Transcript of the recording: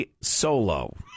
Solo